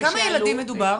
על כמה ילדים מדובר?